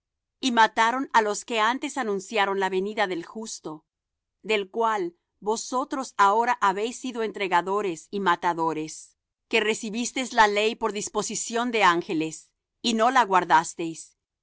y mataron á los que antes anunciaron la venida del justo del cual vosotros ahora habéis sido entregadores y matadores que recibisteis la ley por disposición de ángeles y no la guardasteis